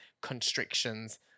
constrictions